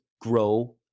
grow